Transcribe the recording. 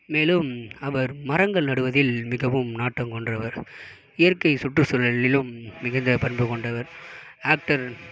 மேலும் அவர் மரங்கள் நடுவதில் மிகவும் நாட்டம் கொண்டவர் இயற்கை சுற்று சூழலிலும் மிகுந்த பண்பு கொண்டவர் ஆக்டர்